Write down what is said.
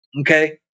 Okay